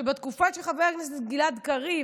בתקופה של חבר כנסת גלעד קריב,